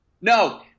No